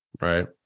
Right